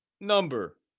number